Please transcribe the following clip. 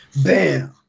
Bam